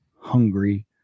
hungry